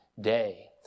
day